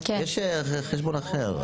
יש חשבון אחר.